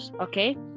okay